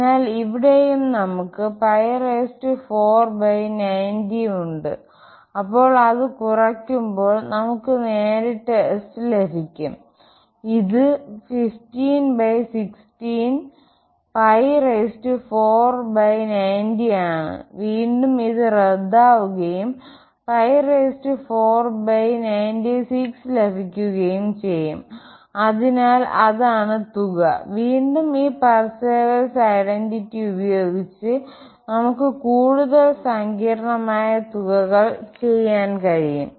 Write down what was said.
അതിനാൽ ഇവിടെയും നമുക്ക് 4 90ഉണ്ട് അപ്പോൾ അത് കുറയ്ക്കുമ്പോൾ നമുക്ക് നേരിട്ട് S ലഭിക്കും ഇത് 15 16 4 90ആണ് വീണ്ടും ഇത് റദ്ദാവുകയും 4 96ലഭിക്കുകയും ചെയ്യും അതിനാൽ അതാണ് തുക വീണ്ടും ഈ പർസേവൽസ് ഐഡന്റിറ്റി ഉപയോഗിച്ച് നമുക്ക് കൂടുതൽ സങ്കീർണ്ണമായ തുകകൾ ചെയ്യാൻ കഴിയും